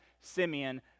Simeon